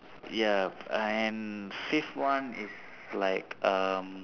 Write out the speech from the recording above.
ya and fifth one is like um